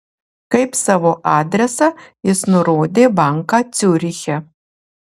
kaip savo adresą jis nurodė banką ciuriche